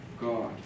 God